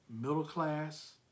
middle-class